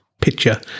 picture